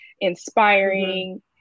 inspiring